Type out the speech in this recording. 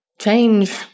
change